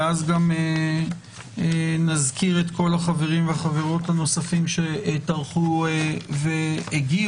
ואז גם נזכיר את כל החברים והחברות הנוספים שטרחו והגיעו,